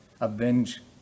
avenge